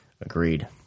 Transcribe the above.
Agreed